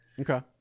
Okay